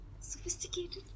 Sophisticated